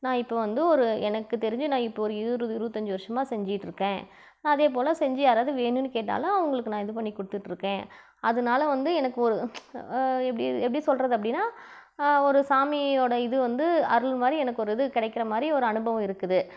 நான் இப்போ வந்து ஒரு எனக்கு தெரிஞ்சு நான் இப்போ ஒரு இருபது இருபத்தஞ்சி வருஷமாக செஞ்சிகிட்ருக்கேன் நான் அதேபோல் செஞ்சு யாராவது வேணுன்னு கேட்டாலோ அவங்களுக்கு நான் இது பண்ணி கொடுத்துட்ருக்கேன் அதனால வந்து எனக்கு ஒரு எப்படி இது எப்படி சொல்வது அப்படின்னா ஒரு சாமியோட இது வந்து அருள் மாதிரி எனக்கு ஒரு இது கிடைக்கிற மாதிரி ஒரு அனுபவம் இருக்குது